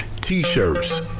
T-shirts